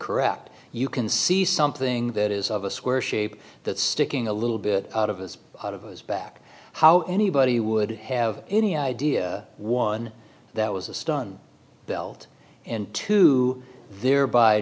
correct you can see something that is of a square shape that sticking a little bit out of his out of his back how anybody would have any idea one that was a stun belt and to thereby